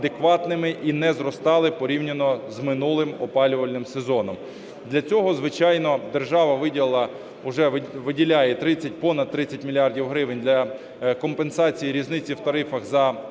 і не зростали порівняно з минулим опалювальним сезоном. Для цього, звичайно, держава виділила, вже виділяє понад 30 мільярдів гривень для компенсації різниці в тарифах за минулі